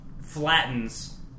flattens